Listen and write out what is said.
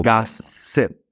Gossip